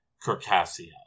Circassia